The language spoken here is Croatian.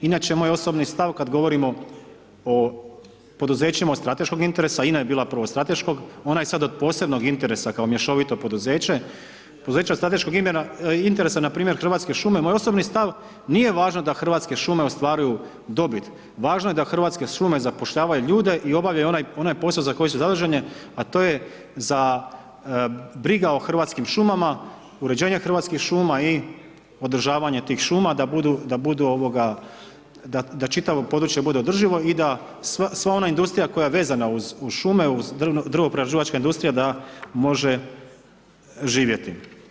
Inače moj osobni stav kad govorimo o poduzećima od strateškog interesa, INA je bila prvo od strateškog, ona je sad od posebnog interesa kao mješovito poduzeće, poduzeće od strateškog imena, interesa npr. Hrvatske šume, moj osobni stav nije važno da Hrvatske šume ostvaruju dobit, važno je da Hrvatske šume zapošljavaju ljude i obavljaju onaj posao za koji su zadužene, a to je za briga o Hrvatskim šumama, uređenje Hrvatskih šuma i održavanje tih šuma da budu, da budu ovoga, da čitavo područje bude održivo i da sva ona industrija koja je vezana uz šume uz, drvoprerađivačka industrija da može živjeti.